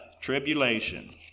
tribulation